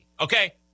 Okay